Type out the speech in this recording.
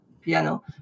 piano